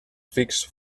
fix